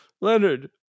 Leonard